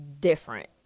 different